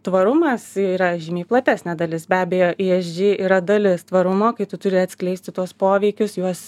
tvarumas yra žymiai platesnė dalis be abejo esg yra dalis tvarumo kai tu turi atskleisti tuos poveikius juos